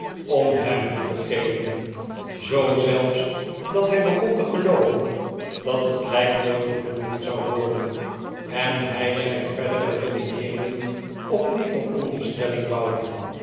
om hem moed te geven zoo zelfs dat hij begon te gelooven dat het lijk nooit gevonden zou worden en hij zijn verdere redeneeringen op die veronderstelling bouwde